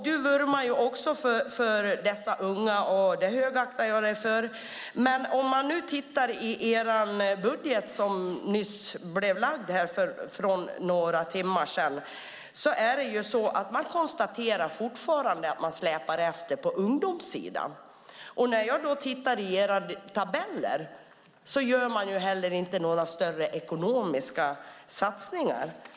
Du vurmar också för dessa unga, det högaktar jag dig för, men om jag tittar i er budget som lades fram för några timmar sedan kan jag se att man fortfarande konstaterar att man släpar efter på ungdomssidan. När jag tittar i era tabeller ser jag att man ju heller inte gör några större ekonomiska satsningar.